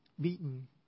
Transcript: beaten